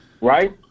Right